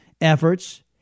efforts